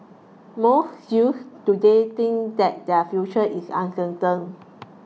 most youths today think that their future is uncertain